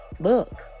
look